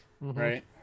Right